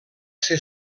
ser